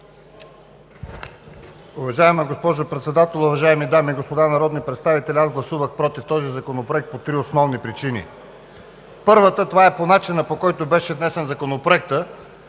Уважаема госпожо Председател, уважаеми дами и господа народни представители! Аз гласувах „против“ този законопроект по три основни причини. Първата – тя е по начина, по който беше внесен Законопроектът,